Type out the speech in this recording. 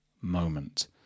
moment